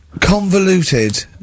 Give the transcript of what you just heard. convoluted